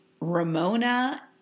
Ramona